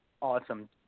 Awesome